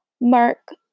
Mark